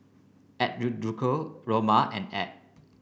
Eduardo Roma and Ebb